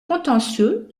contentieux